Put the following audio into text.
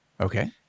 Okay